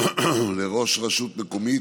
לראש רשות מקומית,